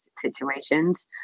situations